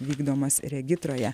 vykdomas regitroje